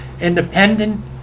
Independent